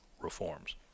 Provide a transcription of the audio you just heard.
reforms